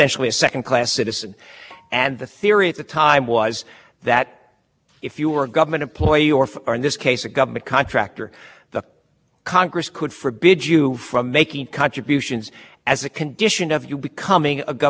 and the theory at the time was that if you were a government employee or for or in this case a government contractor congress could for biju from making contributions as a condition of you becoming a government contractor that is no longer